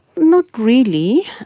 not really,